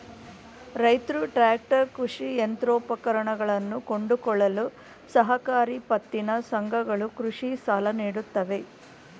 ರೈತ್ರು ಟ್ರ್ಯಾಕ್ಟರ್, ಕೃಷಿ ಯಂತ್ರೋಪಕರಣಗಳನ್ನು ಕೊಂಡುಕೊಳ್ಳಲು ಸಹಕಾರಿ ಪತ್ತಿನ ಸಂಘಗಳು ಕೃಷಿ ಸಾಲ ನೀಡುತ್ತವೆ